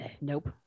nope